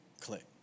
Click